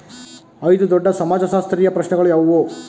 ಐದು ದೊಡ್ಡ ಸಮಾಜಶಾಸ್ತ್ರೀಯ ಪ್ರಶ್ನೆಗಳು ಯಾವುವು?